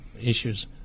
issues